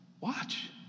Watch